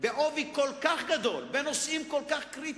כל כך עבה, בנושאים כל כך קריטיים,